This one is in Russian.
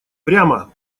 прямо